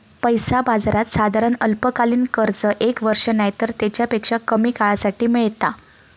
पैसा बाजारात साधारण अल्पकालीन कर्ज एक वर्ष नायतर तेच्यापेक्षा कमी काळासाठी मेळता